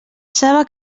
saba